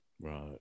Right